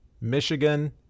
Michigan